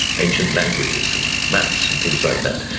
ancient languages and maths and things like that.